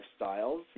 lifestyles